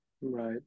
right